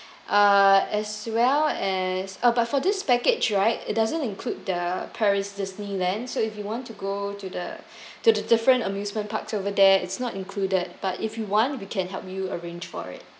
uh as well as uh but for this package right it doesn't include the paris disneyland so if you want to go to the to the different amusement parks over there it's not included but if you want we can help you arrange for it